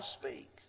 speak